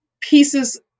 pieces